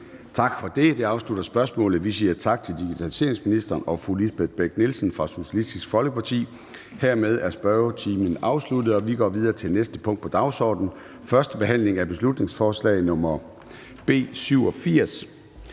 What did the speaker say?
Tak for det. Det afslutter spørgsmålet. Vi siger tak til digitaliseringsministeren og fru Lisbeth Bech-Nielsen fra Socialistisk Folkeparti. Hermed er spørgetiden afsluttet. --- Det næste punkt på dagsordenen er: 5) 1. behandling af beslutningsforslag nr. B 87: